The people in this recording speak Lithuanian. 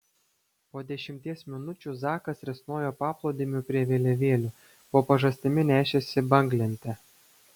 po dešimties minučių zakas risnojo paplūdimiu prie vėliavėlių po pažastimi nešėsi banglentę